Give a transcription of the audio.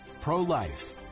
pro-life